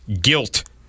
guilt